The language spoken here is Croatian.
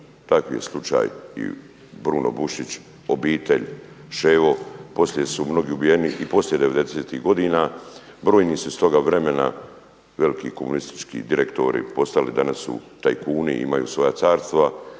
Takav je slučaj Bruno Bušić, obitelj Ševo, poslije su mnogi ubijeni i poslije devedesetih godina, brojni su iz toga vremena veliki komunistički direktori postali danas tajkuni i imaju svoja carstva